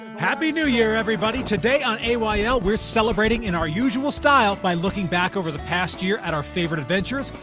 happy new year everybody! today on ayl ah you know we're celebrating in our usual style by looking back over the past year at our favorite adventures,